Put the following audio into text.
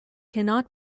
cannot